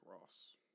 Ross